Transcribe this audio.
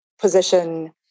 position